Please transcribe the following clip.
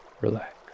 Relax